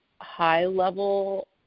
high-level